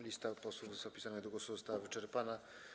Lista posłów zapisanych do głosu została wyczerpana.